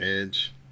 Edge